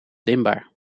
dimbaar